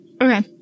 okay